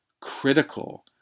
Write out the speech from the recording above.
critical